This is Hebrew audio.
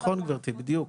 נכון גברתי, בדיוק.